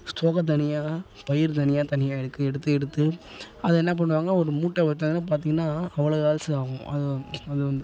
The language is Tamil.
தோக தனியாக பயிர் தனியாக தனியாக எடுக்கு எடுத்து எடுத்து அதை என்ன பண்ணுவாங்க ஒரு மூட்டை விற்றாங்கன்னா பார்த்திங்கனா அவ்வளோ காசு ஆகும் அது அது வந்து